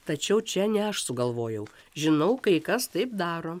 tačiau čia ne aš sugalvojau žinau kai kas taip daro